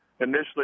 Initially